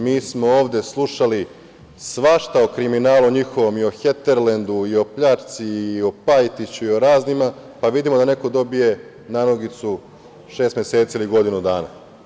Mi smo ovde slušali svašta o kriminalu njihovom i o „Heterlendu“, i o pljačci, i o Pajtiću i o raznima, pa vidimo da neko dobije nanogicu šest meseci ili godinu dana.